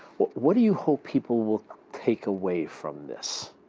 what do you hope people will take away from this?